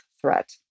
threat